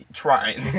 trying